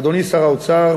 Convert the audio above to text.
אדוני שר האוצר,